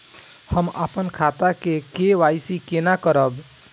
हम अपन खाता के के.वाई.सी केना करब?